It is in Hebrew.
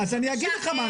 אז אני אגיד לך מה אני מציע.